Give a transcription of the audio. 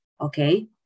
okay